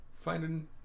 finding